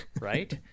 right